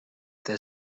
the